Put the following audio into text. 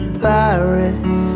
paris